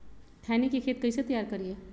खैनी के खेत कइसे तैयार करिए?